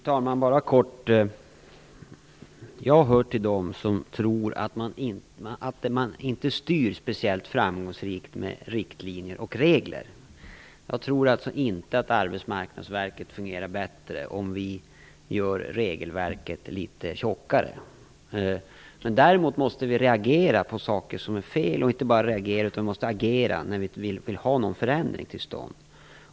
Fru talman! Jag hör till dem som inte tror att man styr speciellt framgångsrikt med riktlinjer och regler. Jag tror alltså inte att Arbetsmarknadsverket fungerar bättre om vi gör regelverket litet tjockare. Däremot måste vi reagera på saker som är fel. Vi måste också reagera - och agera - när vi vill ha en förändring till stånd.